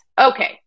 Okay